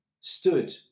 stood